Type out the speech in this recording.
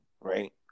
right